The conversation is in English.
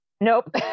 Nope